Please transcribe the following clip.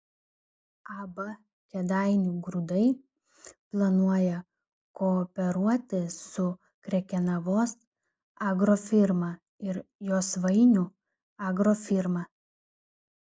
ab kėdainių grūdai planuoja kooperuotis su krekenavos agrofirma ir josvainių agrofirma